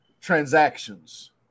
transactions